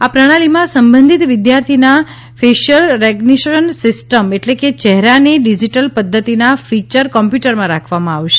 આ પ્રણાલીમાં સંબંધીત વિદ્યાર્થીના ફેશ્યલ રેકઝ્નીશન સિસ્ટમ એટલે કે ચહેરાની ડિઝિટલ પદ્વતિના ફિચર કોમ્પ્યુટરમાં રાખવામાં આવે છે